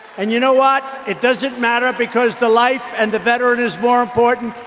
and you know what? it doesn't matter because the life and the veteran is more important.